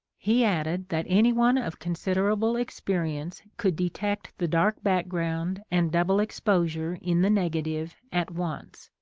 he added that anyone of consid erable experience could detect the dark back ground and double exposure in the negative at once.